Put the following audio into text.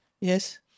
Yes